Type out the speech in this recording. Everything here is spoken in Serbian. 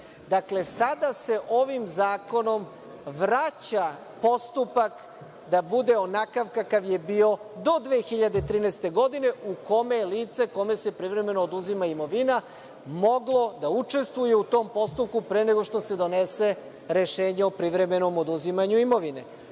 godine. Dakle, sada se ovim zakonom vraća postupak da bude onakav kakav je bio do 2013. godine u kome je lice, kome se privremeno oduzima imovina moglo da učestvuje u tom postupku pre nego što se donese rešenje o privremenom oduzimanju imovine.U